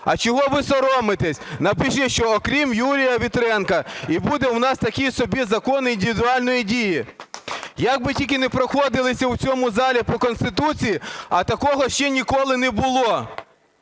А чого ви соромитесь? Напишіть, що "окрім Юрія Вітренка" - і буде у нас такий собі закон індивідуальної дії. Як би не проходилися у цьому залі по Конституції, а такого ще ніколи не було.